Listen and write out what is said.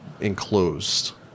enclosed